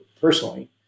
personally